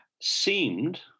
seemed